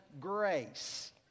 grace